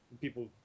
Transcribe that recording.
people